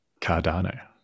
Cardano